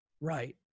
Right